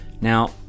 Now